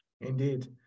Indeed